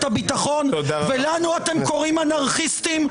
הביטחון ולנו אתם קוראים אנרכיסטים?